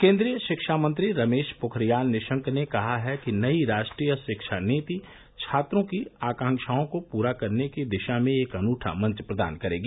केन्द्रीय शिक्षा मंत्री रमेश पोखरियाल निशंक ने कहा है कि नई राष्ट्रीय शिक्षा नीति छात्रों की आकांक्षाओं को पूरा करने की दिशा में एक अनुठा मंच प्रदान करेगी